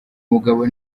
mugabo